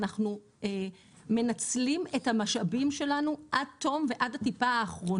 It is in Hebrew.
אנחנו מנצלים את המשאבים שלנו עד תום ועד הטיפה האחרונה.